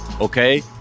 okay